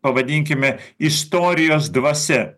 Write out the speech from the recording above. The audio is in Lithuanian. pavadinkime istorijos dvasia